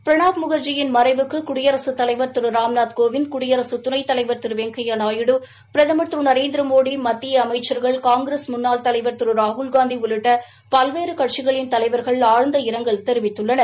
பிரணாப் முகா்ஜியின் மறைவுக்கு குடியரசுத் தலைவர் திரு ராம்நாத் கோவிந்த் துணை குடியரசுத் தலைவர் திரு வெங்கையா நாயுடு பிரதம் திரு நரேந்திரமோடி மத்திய அமைச்சர்கள் காங்கிரஸ் முன்னாள் தலைவா் திரு ராகுல்காந்தி உள்ளிட்ட பல்வேறு கட்சிகளின் தலைவா்கள் ஆழ்ந்த இரங்கல் தெரிவித்துள்ளனர்